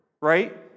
right